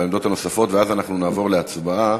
ואז אנחנו נעבור להצבעה.